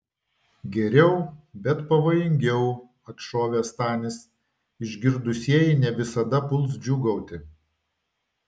geriau bet pavojingiau atšovė stanis išgirdusieji ne visada puls džiūgauti